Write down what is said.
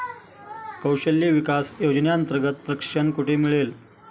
कौशल्य विकास योजनेअंतर्गत प्रशिक्षण कुठे मिळेल?